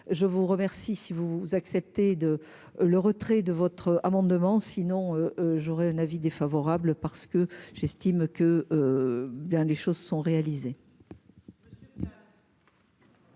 Je vous remercie. Si vous acceptez de le retrait de votre amendement sinon j'aurais un avis défavorable, parce que j'estime que. Dans les choses sont réalisés.--